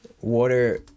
water